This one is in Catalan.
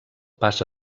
passa